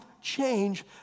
change